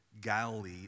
Galilee